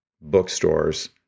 bookstores